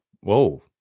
Whoa